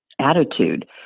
attitude